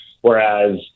whereas